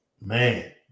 man